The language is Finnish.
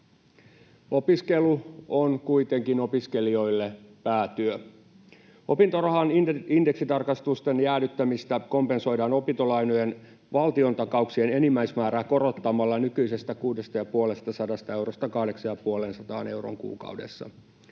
Opiskelu on kuitenkin opiskelijoille päätyö. Opintorahan indeksitarkastusten jäädyttämistä kompensoidaan korottamalla opintolainojen valtiontakauksien enimmäismäärää nykyisestä 650 eurosta 850 euroon kuukaudessa.